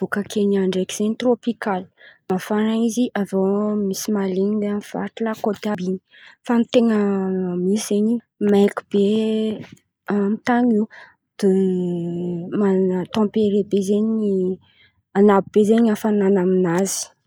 Bôka Kenia ndreky zen̈y tirôpikaly, mafana izy avô misy mahaleny amin'ny vakila kôty àby in̈y, fa ten̈a misy zen̈y maiky be amin'ny tny io de manana tampere be zen̈y anambo be zen̈y afanana amin'azy.